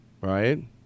right